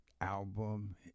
album